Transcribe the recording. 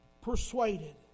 persuaded